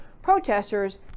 protesters